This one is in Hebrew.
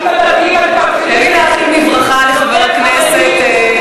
רק לדתיים, תן לי להתחיל בברכה לחברי הכנסת.